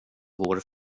vår